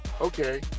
okay